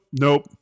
nope